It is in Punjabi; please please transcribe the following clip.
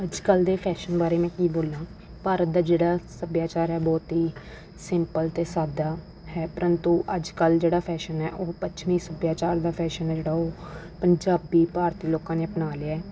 ਅੱਜ ਕੱਲ੍ਹ ਦੇ ਫੈਸ਼ਨ ਬਾਰੇ ਮੈਂ ਕੀ ਬੋਲਾਂ ਭਾਰਤ ਦਾ ਜਿਹੜਾ ਸੱਭਿਆਚਾਰ ਹੈ ਬਹੁਤ ਹੀ ਸਿੰਪਲ ਅਤੇ ਸਾਦਾ ਹੈ ਪਰੰਤੂ ਅੱਜ ਕੱਲ੍ਹ ਜਿਹੜਾ ਫੈਸ਼ਨ ਹੈ ਉਹ ਪੱਛਮੀ ਸੱਭਿਆਚਾਰ ਦਾ ਫੈਸ਼ਨ ਹੈ ਜਿਹੜਾ ਉਹ ਪੰਜਾਬੀ ਭਾਰਤੀ ਲੋਕਾਂ ਨੇ ਅਪਣਾ ਲਿਆ ਹੈ